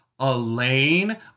Elaine